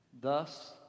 thus